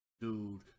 dude